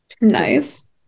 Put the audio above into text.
nice